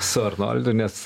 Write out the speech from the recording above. su arnoldu nes